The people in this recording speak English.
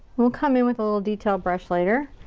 we'll come in with a little detail brush later.